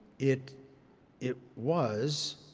it it was,